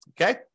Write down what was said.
Okay